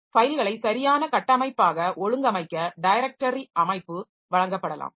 ஃபைல்களை சரியான கட்டமைப்பாக ஒழுங்கமைக்க டைரக்டரி அமைப்பு வழங்கப்படலாம்